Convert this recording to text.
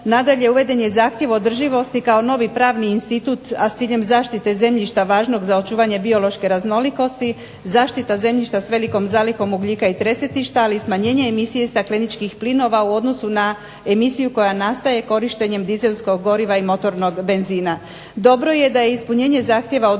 Nadalje, uveden je i zahtjev održivosti kao novi pravni institut, a s ciljem zaštite zemljišta važnog za očuvanje biološke raznolikosti, zaštita zemljišta s velikom zalihom ugljika i tresetišta, ali i smanjenje emisije stakleničkih plinova u odnosu na emisiju koja nastaje korištenjem dizelskog goriva i motornog benzina.